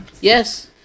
Yes